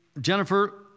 Jennifer